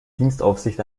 dienstaufsicht